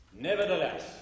nevertheless